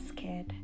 scared